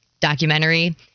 documentary